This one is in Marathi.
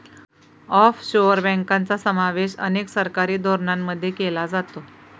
ऑफशोअर बँकांचा समावेश अनेक सरकारी धोरणांमध्ये केला जातो